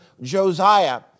Josiah